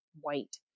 white